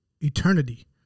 eternity